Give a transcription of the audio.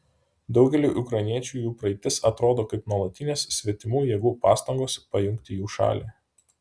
daugeliui ukrainiečių jų praeitis atrodo kaip nuolatinės svetimų jėgų pastangos pajungti jų šalį